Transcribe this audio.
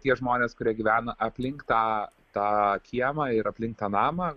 tie žmonės kurie gyvena aplink tą tą kiemą ir aplink tą namą